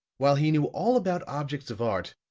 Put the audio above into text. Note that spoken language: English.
while he knew all about objects of art,